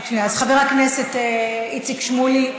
חבר הכנסת איציק שמולי,